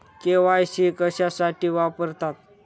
KYC कशासाठी वापरतात?